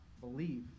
believe